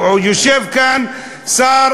יושב כאן שר